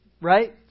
right